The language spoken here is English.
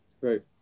Right